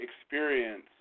experience